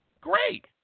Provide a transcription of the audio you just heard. Great